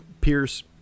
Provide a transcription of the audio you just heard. Pierce